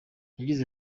yagize